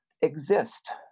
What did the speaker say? exist